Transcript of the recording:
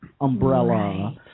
umbrella